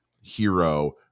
hero